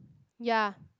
ya